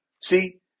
See